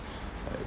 and